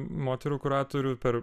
moterų kuratorių per